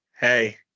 Hey